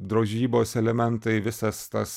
drožybos elementai visas tas